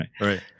Right